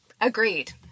agreed